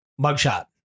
mugshot